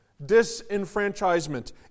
disenfranchisement